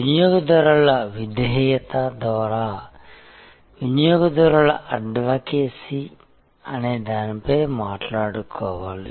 వినియోగదారుల విధేయత ద్వారా వినియోగదారుల అడ్వకేసీ అనే దానిపై మాట్లాడుకోవాలి